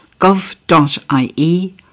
gov.ie